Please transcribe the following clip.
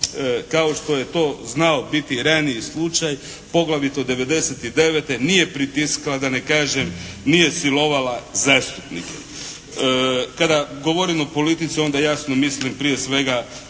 kao što je to znao biti raniji slučaj, poglavito '99. nije pritiskala da ne kažem, nije silovala zastupnike. Kada govorim o politici onda jasno mislim prije svega